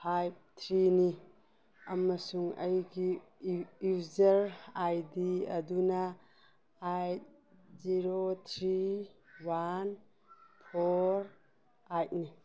five ꯊ꯭ꯔꯤꯅꯤ ꯑꯃꯁꯨꯡ ꯑꯩꯒꯤ ꯌꯨꯖꯔ ꯑꯥꯏ ꯗꯤ ꯑꯗꯨꯅ eight zero three one four ꯑꯥꯏꯠꯅꯤ